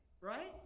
Right